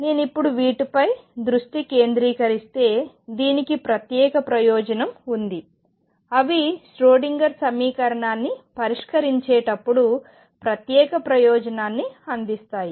నేను ఇప్పుడు వీటిపై దృష్టి కేంద్రీకరిస్తే దీనికి ప్రత్యేక ప్రయోజనం ఉంది అవి ష్రోడింగర్ సమీకరణాన్ని పరిష్కరించేటప్పుడు ప్రత్యేక ప్రయోజనాన్ని అందిస్తాయి